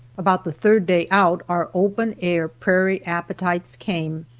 about the third day out our open air prairie appetites came,